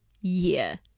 year